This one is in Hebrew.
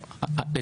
לא, מבחינה חוקית.